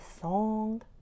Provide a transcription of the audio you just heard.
song